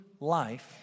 Life